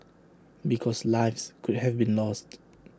because lives could have been lost